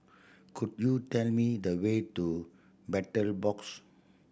could you tell me the way to Battle Box